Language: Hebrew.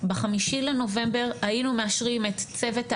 ב-5 בנובמבר היינו מאשרים את צוות ההקמה,